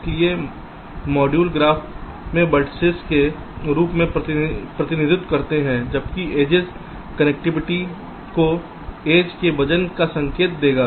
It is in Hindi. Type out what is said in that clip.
इसलिए मॉड्यूल ग्राफ में वेर्तिसेस के रूप में प्रतिनिधित्व करते हैं जबकि एड्जेस कनेक्टिविटीकोएज के वजन का संकेत देगा